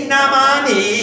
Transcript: Namani